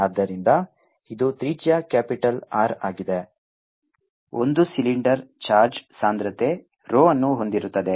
ಆದ್ದರಿಂದ ಇದು ತ್ರಿಜ್ಯ ಕ್ಯಾಪಿಟಲ್ R ಆಗಿದೆ ಒಂದು ಸಿಲಿಂಡರ್ ಚಾರ್ಜ್ ಸಾಂದ್ರತೆ rho ಅನ್ನು ಹೊಂದಿರುತ್ತದೆ